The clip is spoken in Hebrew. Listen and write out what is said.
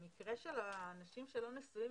המקרה של האנשים שלא נשואים,